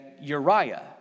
Uriah